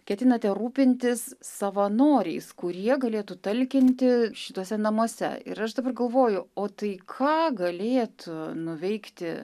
ketinate rūpintis savanoriais kurie galėtų talkinti šituose namuose ir aš dabar galvoju o tai ką galėtų nuveikti